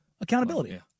accountability